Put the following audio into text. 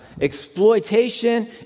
exploitation